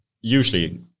usually